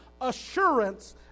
assurance